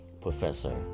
Professor